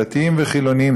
דתיים וחילונים,